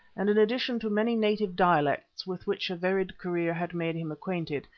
and in addition to many native dialects with which a varied career had made him acquainted,